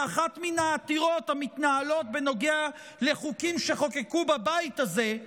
באחת מן העתירות המתנהלות בנוגע לחוקים שחוקקו בבית הזה,